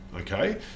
Okay